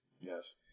Yes